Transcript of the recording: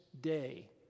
day